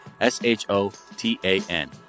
S-H-O-T-A-N